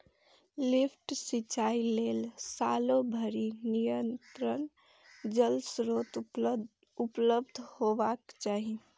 lift सिंचाइ लेल सालो भरि निरंतर जल स्रोत उपलब्ध हेबाक चाही